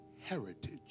heritage